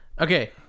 Okay